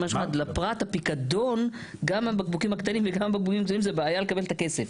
לפרט הפיקדון גם הבקבוקים הגדולים וגם הקטנים זה בעיה לקבל את הכסף.